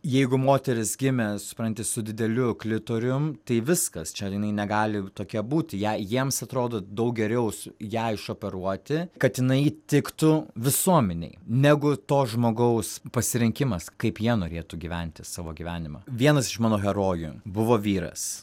jeigu moteris gimė supranti su dideliu klitorium tai viskas čia jinai negali tokia būti jei jiems atrodo daug geriau su ją išoperuoti kad jinai tiktų visuomenei negu to žmogaus pasirinkimas kaip jie norėtų gyventi savo gyvenimą vienas iš mano herojų buvo vyras